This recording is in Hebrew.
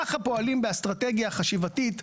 ככה פועלים באסטרטגיה חשיבתית,